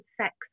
sex